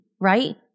right